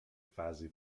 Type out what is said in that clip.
fasi